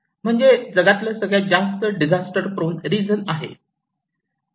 म्हणजे जगातलं सगळ्यात जास्त डिजास्टर प्रोन रिजन आहे